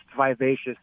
vivacious